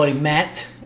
Matt